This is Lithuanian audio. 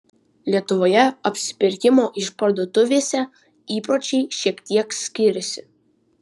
lietuvoje apsipirkimo išparduotuvėse įpročiai šiek tiek skiriasi